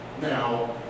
Now